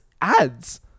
ads